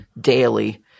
daily